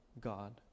God